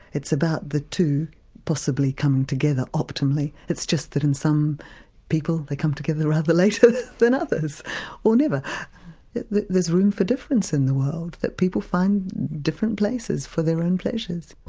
it's about the two possibly coming together optimally. it's just that in some people they come together rather later than others or never. there's room for difference in the world that people find different places for their own pleasures.